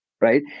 right